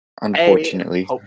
Unfortunately